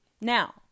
Now